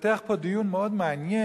התפתח פה דיון מאוד מעניין,